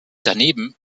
daneben